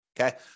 Okay